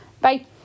bye